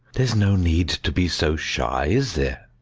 there's no need to be so shy, is there?